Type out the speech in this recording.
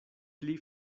pli